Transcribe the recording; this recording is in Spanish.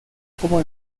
como